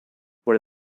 where